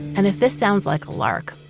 and if this sounds like a lark,